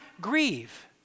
grieve